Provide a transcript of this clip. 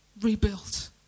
rebuilt